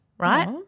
Right